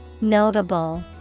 Notable